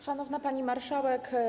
Szanowna Pani Marszałek!